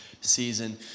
season